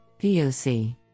POC